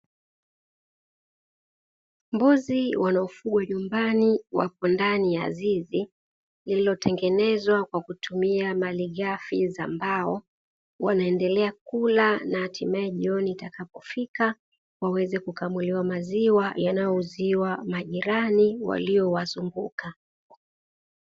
Mbuzi wanaofugwa nyumbani wapo ndani ya zizi lililotengenezwa kwa kutumia malighafi za mbao. Wanaendelea kula na hatimaye jioni itakapofika, waweze kukamuliwa maziwa yanayouziwa majirani waliowazunguka.